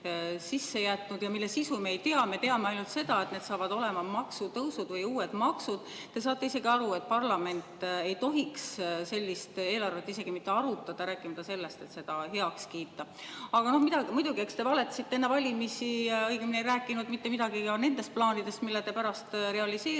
sisse jätnud ja mille sisu me ei tea. Me teame ainult seda, et saavad olema maksutõusud või uued maksud. Te saate aru, et parlament ei tohiks sellist eelarvet isegi mitte arutada, rääkimata sellest, et seda heaks kiita. Aga noh, muidugi, eks te valetasite enne valimisi, õigemini ei rääkinud mitte midagi nendest plaanidest, mida te pärast kevadel